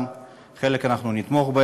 בחלק אנחנו נתמוך,